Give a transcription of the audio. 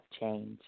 change